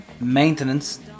maintenance